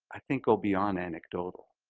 i think it'll be on anecdotal?